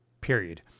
period